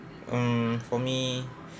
mm for me